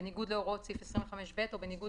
בניגוד להוראות סעיף 25(ב) או בניגוד